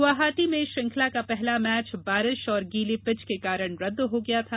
गुवाहाटी में श्रृंखला का पहला मैच बारिश और गीली पिच के कारण रद्द हो गया था